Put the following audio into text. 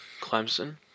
Clemson